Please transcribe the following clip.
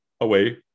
away